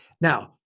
now